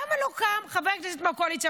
למה לא קם חבר כנסת מהקואליציה,